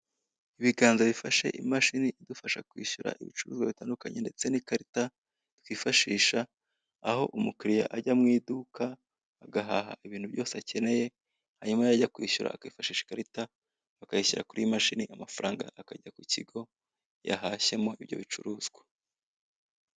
Ibiganza bifashe imashini idufasha kwishyura ibicuruzwa bitandukanye ,ndetse n'ikarita twifashisha aho umukiriya ajya mu iduka ,agahaha ibintu byose akeneye hanyuma yajya kwishyura akifashisha ikarita akayishyira kuri ino mashini, amafaranga akajya ku kigo yahashyemo ibyo bicuruzwa.